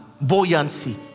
buoyancy